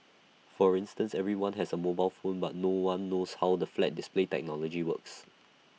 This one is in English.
for instance everyone has A mobile phone but no one knows how the flat display technology works